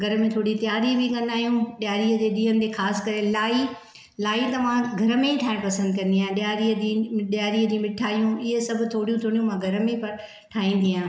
घर में थोरी तयारी बि कंदा आहियूं ॾियारीअ जे ॾींहुं ते ख़ास करे लाई लाई त मां घर में ई ठहिणु पसंदि कंदी आहियां ॾियारीअ ॾींहुं ॾियार जी मिठायूं इहे सभु थोरियूं थोरियूं मां घर में ई ठाइंदी आहियां